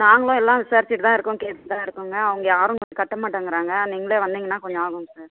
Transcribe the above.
நாங்களும் எல்லாம் விசாரிச்சுட்டு தான் இருக்கோம் கேட்டுகிட்டு தான் இருக்கோங்க அவங்க யாரும் கட்ட மாட்டேங்கிறாங்க நீங்களே வந்தீங்கன்னால் கொஞ்சம் ஆகுங்க சார்